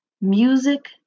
Music